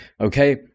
okay